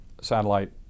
satellite